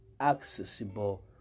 accessible